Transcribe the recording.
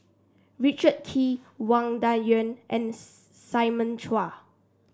Richard Kee Wang Dayuan and Simon Chua